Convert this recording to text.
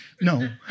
no